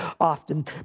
often